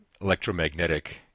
electromagnetic